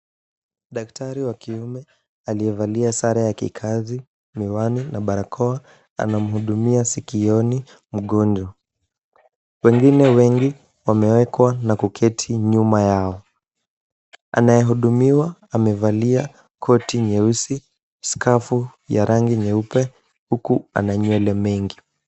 Daktari wa kiume aliyevalia sare ya kikazi, miwani na barakoa, anamuhudumia sikioni mgonjwa. Wengine wengi wamewekewa na kuketi nyuma yao, anayehudumiwa amevalia koti nyeusi, skafu ya rangi nyeupe huku ana nywele mengi.